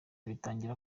bitangira